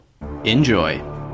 enjoy